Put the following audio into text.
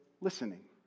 listening